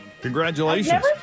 Congratulations